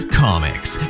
comics